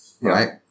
right